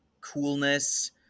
coolness